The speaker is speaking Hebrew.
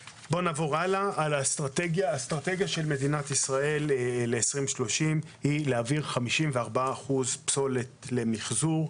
האסטרטגיה של מדינת ישראל ל-2030 היא להעביר 54% פסולת למחזור,